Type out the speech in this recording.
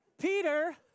Peter